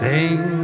Sing